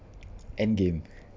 endgame